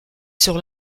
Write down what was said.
sur